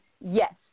yes